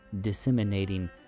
disseminating